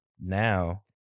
Now